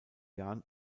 jan